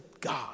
God